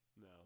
No